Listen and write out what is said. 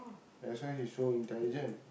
that's why he's so intelligent